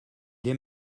les